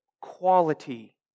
quality